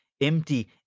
Empty